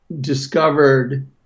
discovered